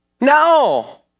No